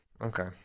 okay